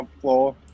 floor